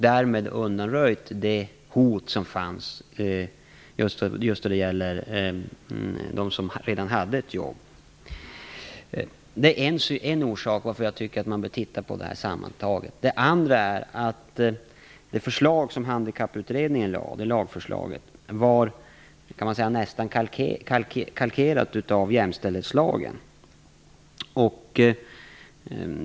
Därmed har det hot undanröjts som fanns just när det gäller dem som redan hade jobb. Det är en orsak till att jag tycker att man bör titta på det här sammantaget. En annan orsak är att det lagförslag som Handikapputredningen lade fram nästan var kalkerat efter jämställdhetslagen.